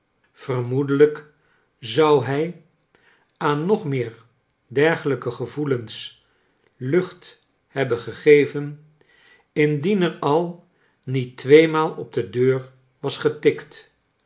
vermoedelijk zou hij aan nog meer dergelijke gevoelens lucht hebben gegeven indien er al niet twee maal op de deur was getikt